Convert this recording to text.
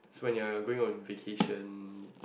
when you're going on vacation